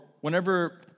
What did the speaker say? whenever